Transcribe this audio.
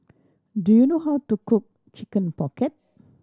do you know how to cook Chicken Pocket